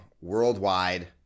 worldwide